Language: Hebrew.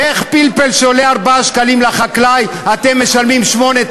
איך על פלפל שעולה 4 שקלים לחקלאי אתם משלמים 8,